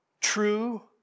true